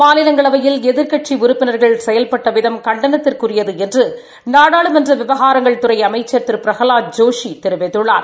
மாநிலங்களவையில் எதிர்க்கட்சி உறுப்பினர்கள் செயல்பட்ட விதம் கண்டளத்திற்குரியது என்று நாடாளுமன்ற விவகாரங்கள் துறை அமைச்சள் திரு பிரகலாத் ஜோஷி தெரிவித்துள்ளார்